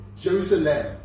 Jerusalem